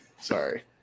Sorry